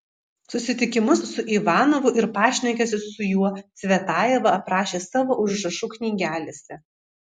susitikimus su ivanovu ir pašnekesius su juo cvetajeva aprašė savo užrašų knygelėse